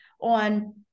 on